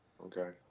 Okay